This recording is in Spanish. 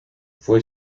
fue